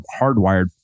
hardwired